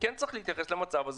כן צריך להתייחס למצב הזה.